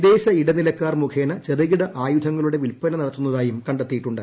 വിദേശ ഇടനിലക്കാർ മുഖേന ചെറുകിട ആയുധങ്ങളുടെ വിൽപ്പന നടത്തുന്നതായും കണ്ടെത്തിയിട്ടുണ്ട്